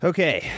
Okay